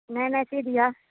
नहि नहि सी दिहऽ